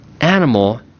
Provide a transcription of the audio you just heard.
animal